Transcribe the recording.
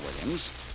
Williams